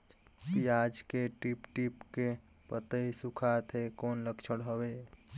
पियाज के टीप टीप के पतई सुखात हे कौन लक्षण हवे?